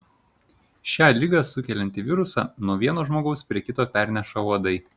šią ligą sukeliantį virusą nuo vieno žmogaus prie kito perneša uodai